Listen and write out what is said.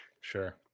Sure